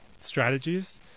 strategies